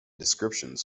descriptions